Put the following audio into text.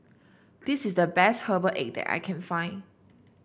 this is the best Herbal Egg that I can find